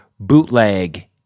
bootleg